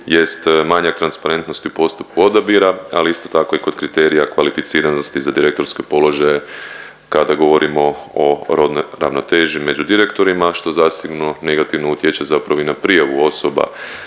manja transparentnost u postupku odabira, ali isto tako i kod kriterija kvalificiranosti za direktorske položaje kada govorimo o rodnoj ravnoteži među direktorima što zasigurno negativno utječe zapravo i na prijavu osoba